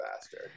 faster